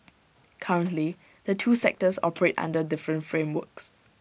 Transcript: currently the two sectors operate under different frameworks